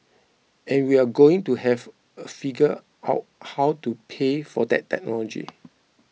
and we're going to have a figure out how to pay for that technology